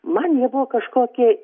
man jie buvo kažkokie